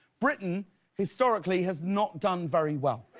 britan historically has not done very well.